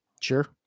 sure